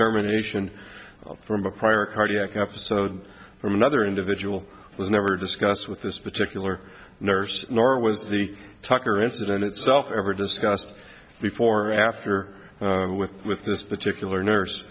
determination from a prior cardiac episode from another individual was never discussed with this particular nurse nor was the tucker incident itself ever discussed before or after with with this particular nurse